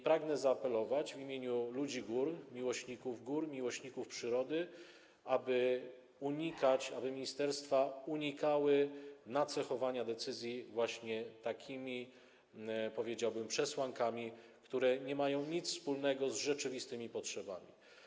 Pragnę zaapelować w imieniu ludzi gór, miłośników gór, miłośników przyrody o to, aby ministerstwa unikały nacechowania decyzji właśnie takimi przesłankami, które nie mają nic wspólnego z rzeczywistymi potrzebami.